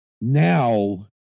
now